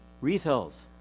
refills